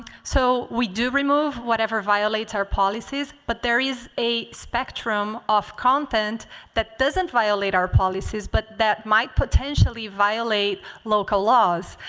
so we do remove whatever violates our policies. but there is a spectrum of content that doesn't violate our policies but that might potentially violate local laws.